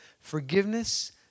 Forgiveness